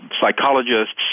psychologists